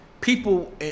people